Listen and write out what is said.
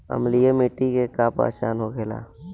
अम्लीय मिट्टी के का पहचान होखेला?